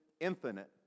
infinite